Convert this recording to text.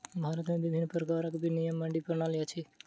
भारत में विभिन्न प्रकारक विनियमित मंडी प्रणाली अछि